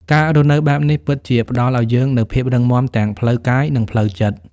ការរស់នៅបែបនេះពិតជាផ្តល់ឲ្យយើងនូវភាពរឹងមាំទាំងផ្លូវកាយ និងផ្លូវចិត្ត។